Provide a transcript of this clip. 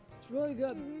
it's really good.